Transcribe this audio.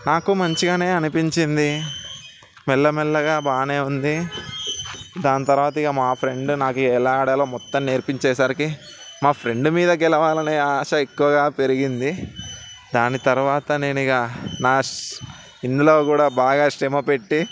నాకు మంచిగానే అనిపించింది మెల్ల మెల్లగా బాగానే ఉంది దాని తరువాత మా ఫ్రెండ్ నాకు ఎలా ఆడాలో మొత్తం నేర్పించేసరికి మా ఫ్రెండ్ మీద గెలవాలని ఆశ ఎక్కువగా పెరిగింది దాని తరువాత నేను ఇక నా ఇందులో కూడా బాగా శ్రమ పెట్టి